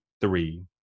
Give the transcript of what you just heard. three